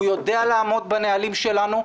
הוא יודע לעמוד בנהלים שלנו.